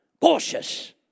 cautious